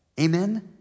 Amen